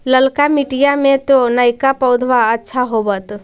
ललका मिटीया मे तो नयका पौधबा अच्छा होबत?